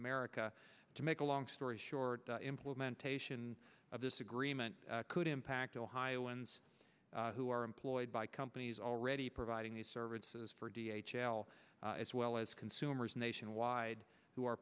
america to make a long story short the implementation of this agreement could impact ohioans who are employed by companies already providing the services for d h l as well as consumers nationwide who are